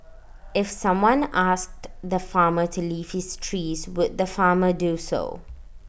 if someone asked the farmer to leave his trees would the farmer do so